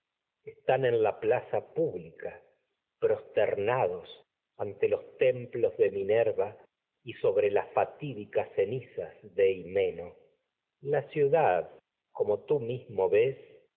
suplicantes en las manos la plaza y pública prosternados ante los las fatídicas ves templos de minerva sobre cenizas de imeno la tan ciudad mente como tú mismo